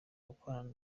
gukorana